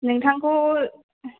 नोंथांखौ